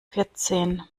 vierzehn